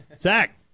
Zach